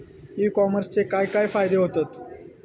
E कॉमर्सचे काय काय फायदे होतत?